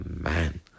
man